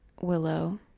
willow